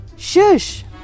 Shush